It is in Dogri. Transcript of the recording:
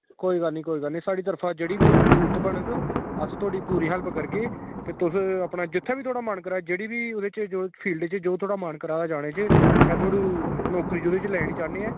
कोई गल्ल नी कोई गल्ल नी साढ़ी तरफा दा जेह्ड़ी बी तुआनूं जरूरत बनग अस तुआढ़ी पूरी हैल्प करगे ते तुस अपने जित्थै बी तुआढ़ा मन करै जेह्ड़ी फील्ड च जो तुआढ़ा मन करा दा जाने च तां तुस नौकरी जेह्दे च लैना चांह्ने आं